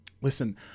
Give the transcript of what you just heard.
Listen